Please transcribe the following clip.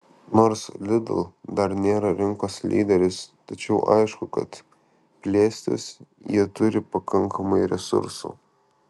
nors lidl dar nėra rinkos lyderis tačiau aišku kad plėstis jie turi pakankamai resursų